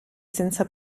senza